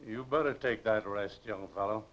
you better take that rest young fellow